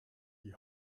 die